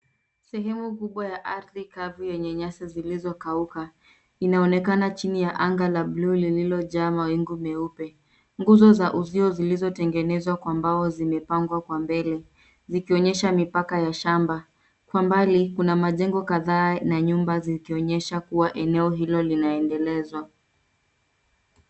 Sehemu kubwa ya ardhi kavu yenye nyasi zilizokauka. Inaonekana chini ya anga la blue lililojaa mawingu meupe. Nguzo za uzio zilizotengenezwa kwa mbao zimepangwa kwa mbele. Zikionyesha mipaka ya shamba. Kwa mbali, kuna majengo kadhaa yaliyo na nyumba zikionyesha kuwa eneo hilo linaendelezwa.